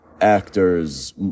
actors